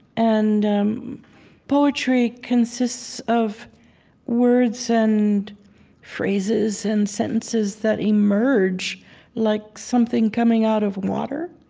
and um poetry consists of words and phrases and sentences that emerge like something coming out of water.